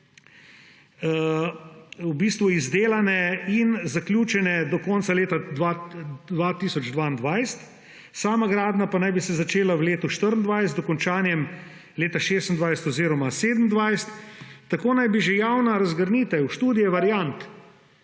v bistvu izdelane in zaključene do konca leta 2022, sama gradnja pa naj bi se začela v letu 2024 z dokončanjem leta 2026 oziroma 2027.Tako naj bi že javna razgrnitev študije variant